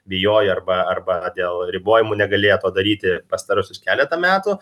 bijojo arba arba dėl ribojimų negalėjo to daryti pastaruosius keletą metų